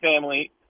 family